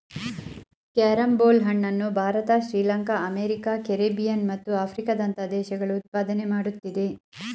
carrom ಬೋಲ್ ಹಣ್ಣನ್ನು Bharat Sri Lanka America Caribbean ಮತ್ತು ಆಫ್ರಿಕಾದಂತಹ ದೇಶಗಳು ಉತ್ಪಾದನೆ ಮಾಡುತ್ತಿದೆ